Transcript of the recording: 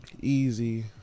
easy